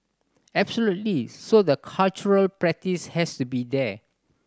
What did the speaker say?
absolutely so the cultural practice has to be there